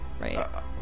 right